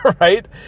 right